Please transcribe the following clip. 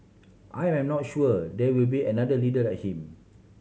I am not sure there will be another leader like him